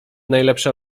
najlepsze